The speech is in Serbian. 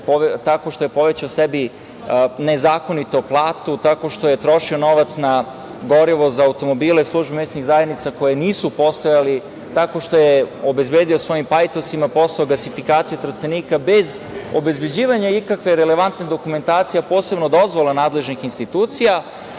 tako što je povećao sebi nezakonito platu, tako što je trošio novac na gorivo za automobile, službe mesnih zajednica koje nisu postojale, tako što je obezbedio svojim pajtosima posao gasifikacije Trstenika bez obezbeđivanja ikakve relevantne dokumentacije, a posebno dozvola nadležnih institucija,